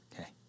okay